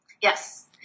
Yes